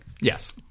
Yes